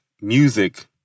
music